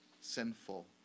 sinful